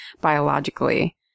biologically